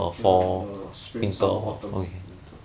ya the spring summer autumn winter